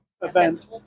event